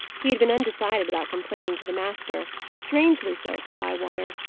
he had been undecided about complaining to the master strangely so for bywater.